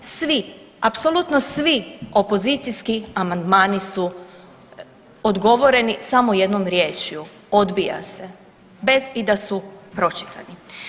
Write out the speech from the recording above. Svi, apsolutno svi opozicijski amandmani su odgovoreni samo jednom riječju, odbija se bez i da su pročitani.